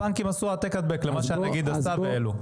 הבנקים עשו העתק-הדבק למה שהנגיד עשה, והעלו.